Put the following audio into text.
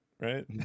right